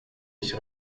ich